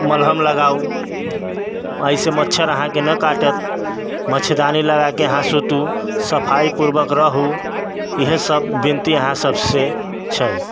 मलहम लगाउ अहिसँ मच्छर अहाँके नहि काटत मच्छरदानी लगाके अहाँ सुतु सफाइ पूर्वक रहू इहे सब विनती अहाँ सबसँ छै